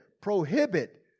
prohibit